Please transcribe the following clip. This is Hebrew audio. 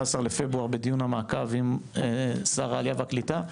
לפברואר בדיון המעקב עם שר העלייה והקליטה,